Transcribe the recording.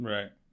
Right